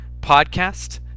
podcast